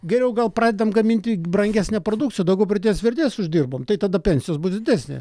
geriau gal pradedam gaminti brangesnę produkciją daugiau pridės vertės uždirbam tai tada pensijos bus didesnė